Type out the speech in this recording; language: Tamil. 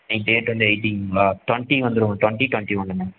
இன்றைக்கு டேட் வந்து எயிட்டீனுங்களா டொண்ட்டி வந்துடுங்க டொண்ட்டி டொண்ட்டி ஒன்றுங்க